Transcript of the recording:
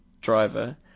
driver